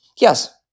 yes